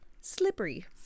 Slippery